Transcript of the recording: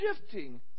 shifting